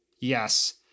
Yes